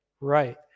right